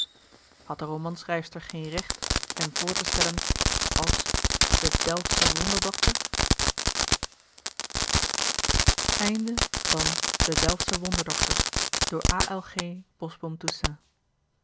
had de romanschrijfster geen recht hem voor te stellen als den